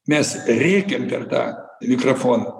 mes rėkėm per tą mikrofoną